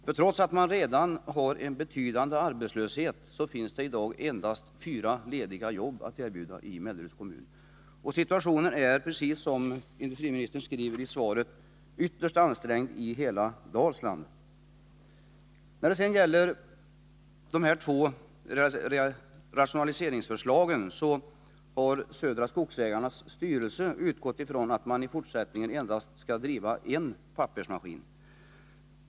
Trots att man redan har en betydande arbetslöshet finns det i dag endast fyra lediga jobb att erbjuda i Melleruds kommun. Situationen är, precis som industriministern säger i svaret, ytterst ansträngd i hela Dalsland. När det gäller de två rationaliseringsförslagen har Södra Skogsägarnas styrelse utgått ifrån att man i fortsättningen skall driva endast en pappersmaskin.